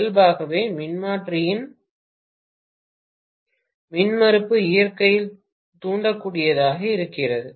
இயல்பாகவே மின்மாற்றியின் மின்மறுப்பு இயற்கையில் தூண்டக்கூடியதாக இருக்கிறது